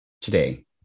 today